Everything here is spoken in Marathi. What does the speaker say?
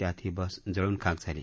त्यात ही बस जळून खाक झाली